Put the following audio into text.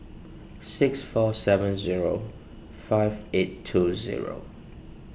six four seven zero five eight two zero